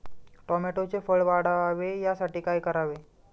टोमॅटोचे फळ वाढावे यासाठी काय करावे?